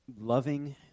loving